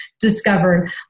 discovered